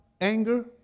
anger